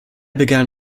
began